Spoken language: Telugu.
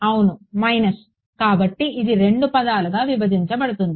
అవును మైనస్ కాబట్టి ఇది రెండు పదాలుగా విభజించబడుతుంది